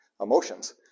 emotions